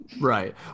Right